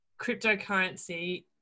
cryptocurrency